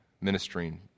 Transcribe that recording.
ministering